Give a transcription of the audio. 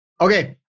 okay